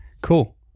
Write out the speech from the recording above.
cool